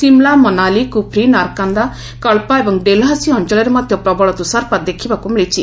ସିମ୍ଲା ମନାଲି କୁଫ୍ରି ନାର୍କନ୍ଦା କଳ୍ପା ଏବଂ ଡେଲ୍ହାଉସି ଅଞ୍ଚଳରେ ମଧ୍ୟ ପ୍ରବଳ ତୁଷାରପାତ ଦେଖିବାକୁ ମିଳିଛି